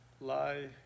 lie